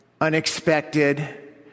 unexpected